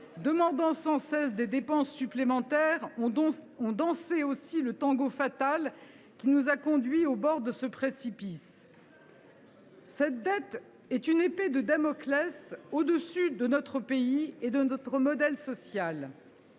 demandant sans cesse des dépenses supplémentaires, ont également dansé le tango fatal qui nous a conduits au bord de ce précipice. « Cette dette est une épée de Damoclès au dessus de notre pays et de notre modèle social.